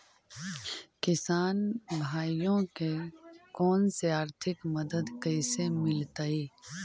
किसान भाइयोके कोन से आर्थिक मदत कैसे मीलतय?